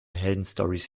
heldenstorys